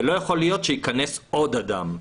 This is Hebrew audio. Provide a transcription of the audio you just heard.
ולא יכול להיות שייכנס עוד אדם.